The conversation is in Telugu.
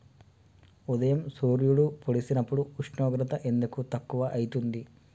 ఉదయం సూర్యుడు పొడిసినప్పుడు ఉష్ణోగ్రత ఎందుకు తక్కువ ఐతుంది?